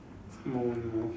no no